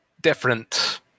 different